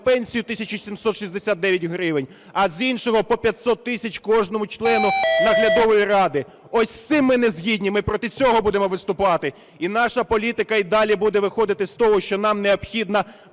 пенсію 1769 гривень, а з іншого - по 500 тисяч кожному члену наглядової ради. Ось з цим ми не згодні, ми проти цього будемо виступати. І наша політика і далі буде виходити з того, що нам необхідна